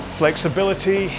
flexibility